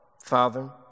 Father